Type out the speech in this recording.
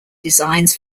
designs